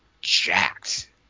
jacked